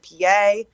PA